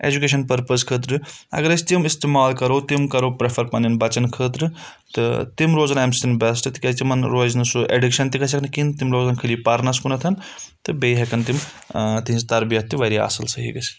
education purpose خٲطرٕ اگر أسۍ تِم استعمال کَرو تِم کَرو پَرٛٮ۪فَر پَنٛنَؠن بَچَن خٲطرٕ تہٕ تِم روزان اَمہِ سۭتۍ بؠسٹہٕ تِکیازِ تِمَن روزِ نہٕ سُہ ایٚڈِکشَن تہِ گژھِ ہؠک نہٕ کِہیٖنۍ تِم روزان کھٔٲلِی پَرنَس کُنَتھَن تہٕ بیٚیہِ ہؠکَن تِم تِہٕنٛز تَربِیَت تہِ واریاہ اَصٕل صَحیح گٔژھِتھ